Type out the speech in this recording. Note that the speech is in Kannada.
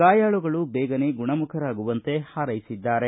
ಗಾಯಾಳುಗಳು ಬೇಗನೇ ಗುಣಮುಖರಾಗುವಂತೆ ಹಾರೈಸಿದ್ದಾರೆ